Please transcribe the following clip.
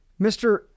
Mr